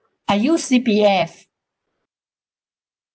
I use C_P_F